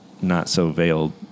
not-so-veiled